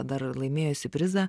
dar laimėjusį prizą